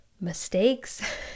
mistakes